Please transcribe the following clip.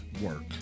work